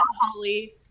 Holly